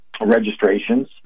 registrations